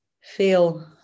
Feel